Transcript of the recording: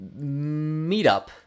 Meetup